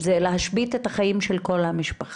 זה להשבית את החיים של כל המשפחה.